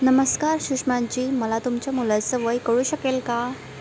नमस्कार सुषमाजी मला तुमच्या मुलाचं वय कळू शकेल का